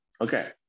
okay